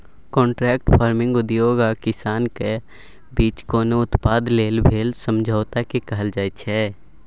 contract farming उद्योग आ किसानक बीच कोनो उत्पाद लेल भेल समझौताकेँ कहल जाइ छै